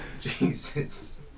jesus